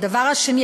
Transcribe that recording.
הדבר השני,